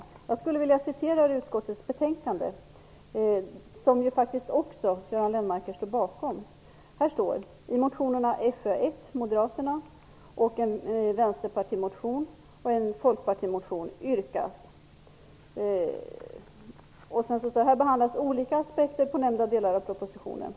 Jag skulle vilja citera ur utskottets betänkande, som faktiskt även Göran Lennmarker står bakom. Här står: "I motionerna" - en motion från Moderaterna, en från Vänsterpartiet och en från Folkpartiet - "behandlas olika aspekter på nämnda delar av propositionen.